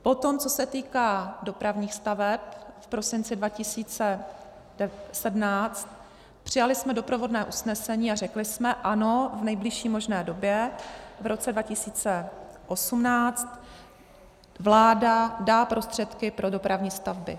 Potom, co se týká dopravních staveb, v prosinci 2017, přijali jsme doprovodné usnesení a řekli jsme ano, v nejbližší možné době, v roce 2018, vláda dá prostředky pro dopravní stavby.